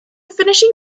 finishing